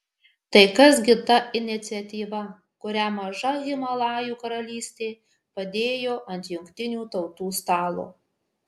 tai kas gi ta iniciatyva kurią maža himalajų karalystė padėjo ant jungtinių tautų stalo